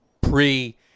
pre